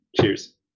Cheers